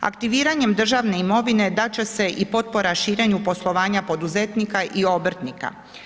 Aktiviranjem državne imovine dat će se i potpora širenju poslovanja poduzetnika i obrtnika.